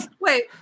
Wait